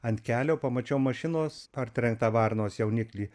ant kelio pamačiau mašinos partrenktą varnos jauniklį